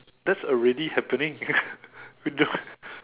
that's already happening with the